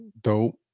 dope